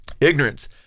ignorance